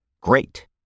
Great